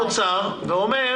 האוצר ואומר